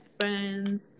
friends